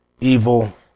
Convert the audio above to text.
evil